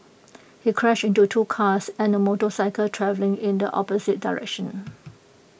he crashed into two cars and A motorcycle travelling in the opposite direction